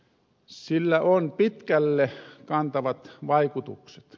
sillä on pitkälle kantavat vaikutukset